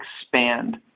expand